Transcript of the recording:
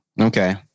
Okay